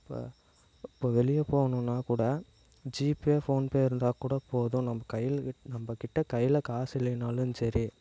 இப்போ இப்போ வெளியே போகணுன்னா கூட ஜிபே போன்பே இருந்தால் கூட போதும் நம்ம கையில் நம்பக்கிட்ட கையில் காசு இல்லன்னாலும் சரி